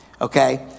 okay